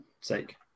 sake